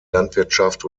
landwirtschaft